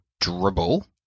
dribble